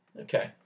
Okay